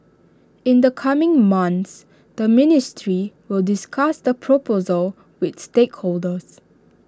in the coming months the ministry will discuss the proposal with stakeholders